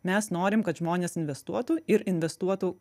mes norim kad žmonės investuotų ir investuotų